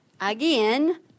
Again